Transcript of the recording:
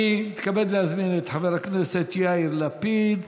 אני מתכבד להזמין את חבר הכנסת יאיר לפיד.